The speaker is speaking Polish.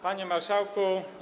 Panie Marszałku!